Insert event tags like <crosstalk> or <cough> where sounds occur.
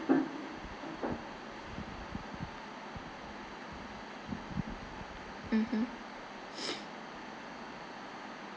mmhmm <noise>